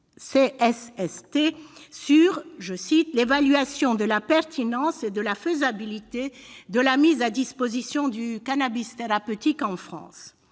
sur l'évaluation de la pertinence et de la faisabilité de la mise à disposition du cannabis thérapeutique en France.